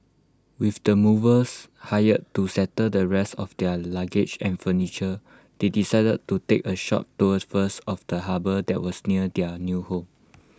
with the movers hired to settle the rest of their luggage and furniture they decided to take A short tour first of the harbour that was near their new home